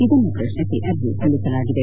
ಇದನ್ನು ಪ್ರಶ್ನಿಸಿ ಅರ್ಜಿ ಸಲ್ಲಿಸಲಾಗಿದೆ